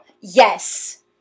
Yes